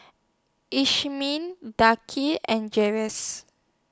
DA Kee and Jere's